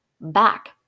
back